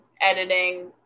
editing